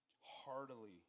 heartily